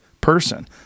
person